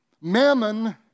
Mammon